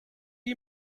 you